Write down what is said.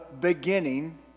beginning